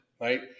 Right